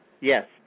Yes